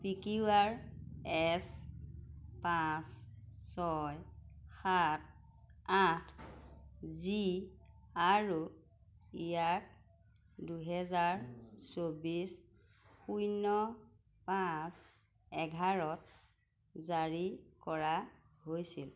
P Q R S পাঁচ ছয় সাত আঠ জি আৰু ইয়াক দুহেজাৰ চৌবিছ শূন্য পাঁচ এঘাৰত জাৰী কৰা হৈছিল